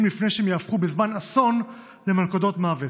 לפני שהם יהפכו בזמן אסון למלכודות מוות.